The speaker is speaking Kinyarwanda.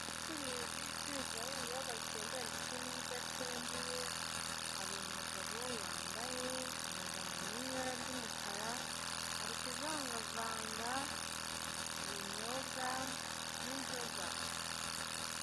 Ubucuruzi bucururizwaho ibinyobwa bisembuye ndetse n'ibidasembuye, harimo umugabo wambaye impuzankanano iri mw' ibara ry'umukara, ari kuvangavanga ibinyobwa by'inzoga.